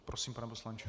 Prosím, pane poslanče.